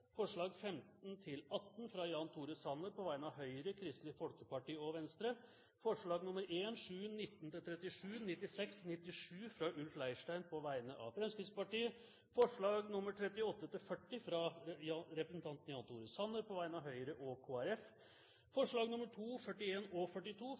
forslag nr. 14, fra Ulf Leirstein på vegne av Fremskrittspartiet og Venstre forslagene nr. 15–18, fra Jan Tore Sanner på vegne av Høyre, Kristelig Folkeparti og Venstre forslagene nr. 1, 7, 19–37, 96 og 97, fra Ulf Leirstein på vegne av Fremskrittspartiet forslagene nr. 38–40, fra Jan Tore Sanner på vegne av Høyre og